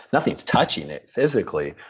nothing's touching it physically,